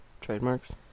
trademarks